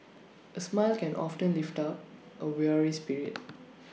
A smile can often lift up A weary spirit